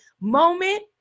moment